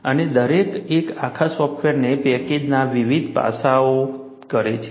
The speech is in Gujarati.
અને દરેક એક આખા સોફ્ટવેર પેકેજના વિવિધ પાસાઓ કરે છે